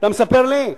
אתה מספר לי?